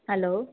hello